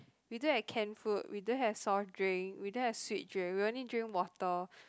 we don't have canned food we don't have soft drink we don't have sweet drink we only drink water